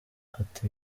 ati